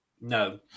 No